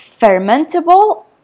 fermentable